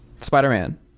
Spider-Man